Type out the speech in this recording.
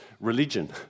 religion